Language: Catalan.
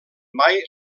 mai